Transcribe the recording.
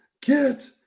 get